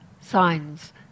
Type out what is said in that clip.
signs